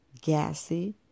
gassy